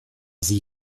sie